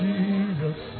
Jesus